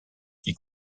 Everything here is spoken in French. qui